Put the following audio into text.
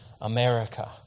America